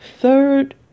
third